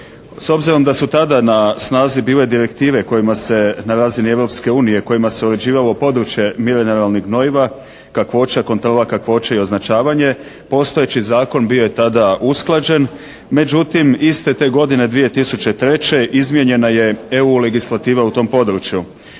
S obzirom da su tada na snazi bile direktive kojima se na razini Europske unije, kojima se uređivalo područje mineralnih gnojiva, kakvoća, kontrola kakvoće i označavanje, postojeći zakon bio je tada usklađen. Međutim, iste te godine 2003. izmijenjena je EU legislativa u tom području.